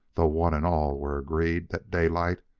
though one and all were agreed that daylight,